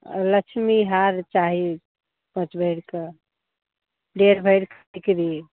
और लक्ष्मी हार चाहे पाँच मेहर का डेढ़ वर्ग के लिए